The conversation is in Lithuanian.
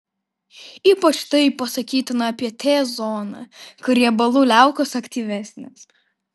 ypač tai pasakytina apie t zoną kur riebalų liaukos aktyvesnės